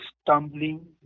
stumbling